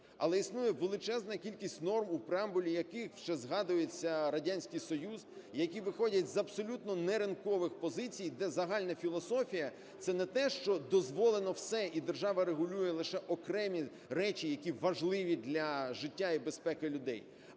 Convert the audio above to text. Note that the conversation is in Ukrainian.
Але існує величезна кількість норм, у преамбулі яких ще згадується Радянський Союз, які виходять з абсолютно неринкових позицій, де загальна філософія це не те, що дозволено все, і держава регулює лише окремі речі, які важливі для життя і безпеки людей,